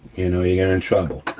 you know you're in trouble.